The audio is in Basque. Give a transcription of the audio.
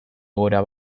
egoera